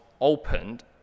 opened